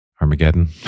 Armageddon